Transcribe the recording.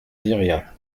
viriat